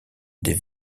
des